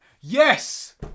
Yes